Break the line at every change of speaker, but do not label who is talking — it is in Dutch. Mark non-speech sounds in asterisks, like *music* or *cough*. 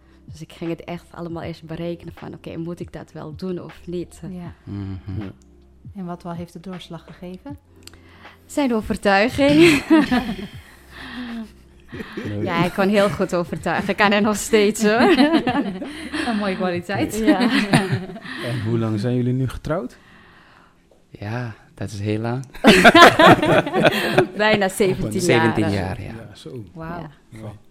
Dus ik ging het echt allemaal eerst berekenen van, oké, moet ik dat wel doen of niet?
Ja.
Mhm.
Ja. En wat wel heeft de doorslag gegeven?
Zijn overtuiging. *laughs* Ja. Ja, hij kon heel goed overtuigen, kan hij nog steeds, hoor.
*laughs* Een mooie
*laughs*
kwaliteit.
Ja.
*laughs* Ja.
En hoe lang zijn jullie nu getrouwd?
Ja, dat is heel lang.
*laughs*
*laughs* Bijna 17 jaar.
17 jaar, ja.
Ja, zo.
Wauw.
Ja.
Ja.